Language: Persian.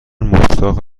مشتاق